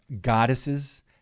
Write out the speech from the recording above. goddesses